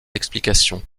explications